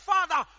Father